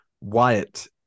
Wyatt